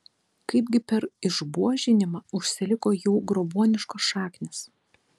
kaipgi per išbuožinimą užsiliko jų grobuoniškos šaknys